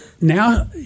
now